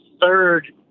third